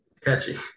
catchy